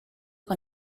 con